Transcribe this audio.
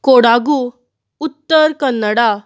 Kodagu Uttara Kannada